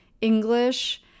English